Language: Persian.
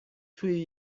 توی